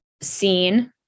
seen